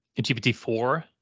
GPT-4